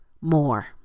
More